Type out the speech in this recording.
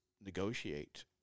negotiate